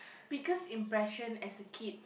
biggest impression as a kid